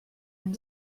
and